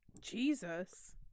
Jesus